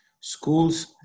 schools